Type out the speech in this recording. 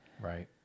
Right